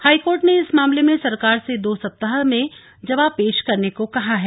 high court ने इस मामले में सरकार से दो सप्ताह में जवाब पेश करने को कहा है